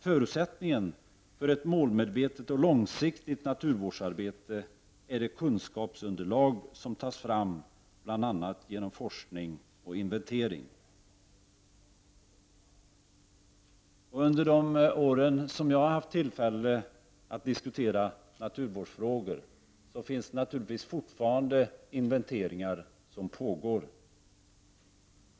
Förutsättningen för ett målmedvetet och långsiktigt naturvårdsarbete är det kunskapsunderlag som tas fram bl.a. genom forskning och inventering. Under de år som jag har haft tillfälle att diskutera naturvårdsfrågor har naturligtvis inventeringar påbörjats som fortfarande pågår.